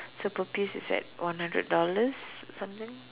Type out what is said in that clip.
so per piece it's like one hundred dollars something